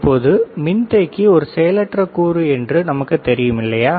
இப்போது மின்தேக்கி ஒரு செயலற்ற கூறு என்று நமக்குத் தெரியும் இல்லையா